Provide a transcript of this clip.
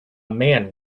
man